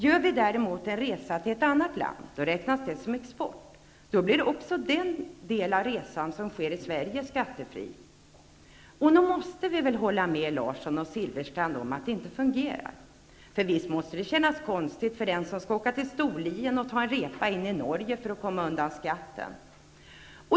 Gör vi däremot en resa till ett annat land räknas det som export. Då blir också den del av resan som sker i Sverige skattefri. Nog måste vi hålla med Larsson och Silfverstrand om att det inte fungerar. Visst måste det kännas konstigt för den som skall åka till Storlien att ta en ''repa'' in i Norge för att komma undan skatten.